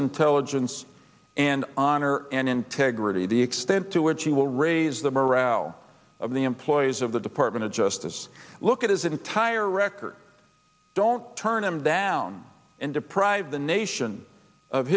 intelligence and honor and integrity the extent to which he will raise the morale of the employees of the department of justice look at his entire record don't turn him down and deprive the nation of